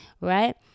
right